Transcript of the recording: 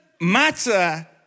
matter